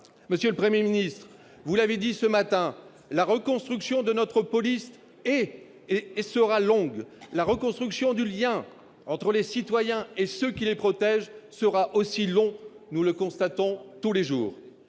Monsieur le Premier ministre, vous l'avez dit ce matin, la reconstruction de la police est et sera longue. La reconstruction du lien entre les citoyens et ceux qui les protègent sera aussi longue, nous le constatons tous les jours.